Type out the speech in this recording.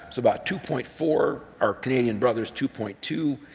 so about two point four, our canadian brothers, two point two,